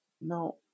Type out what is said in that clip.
no